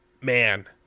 man